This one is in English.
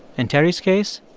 in terry's case.